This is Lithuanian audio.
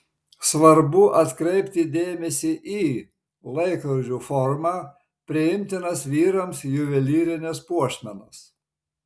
svarbu atkreipti dėmesį į laikrodžių formą priimtinas vyrams juvelyrines puošmenas